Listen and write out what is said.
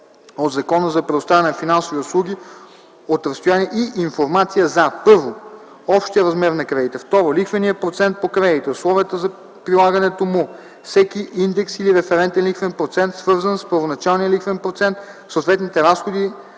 от Закона за предоставяне на финансови услуги от разстояние и информация за: 1. общия размер на кредита; 2. лихвения процент по кредита, условията за прилагането му, всеки индекс или референтен лихвен процент, свързан с първоначалния лихвен процент, съответните разходи